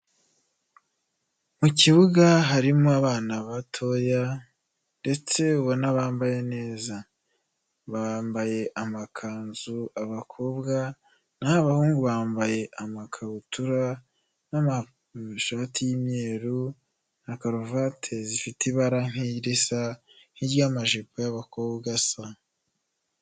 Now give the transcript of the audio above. Mu kibuga harimo abana batoya ndetse ubona bambaye neza, bambaye amakanzu abakobwa naho abahungu bambaye amakabutura n'amashati y'imyeru na karuvati zifite ibara nk'irisa n'iry'amajipo y'abakobwa asa.